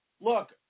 look